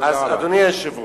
אדוני היושב-ראש,